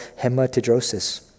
hematidrosis